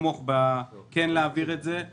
ולתמוך בהצעה להעביר את זה.